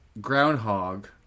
groundhog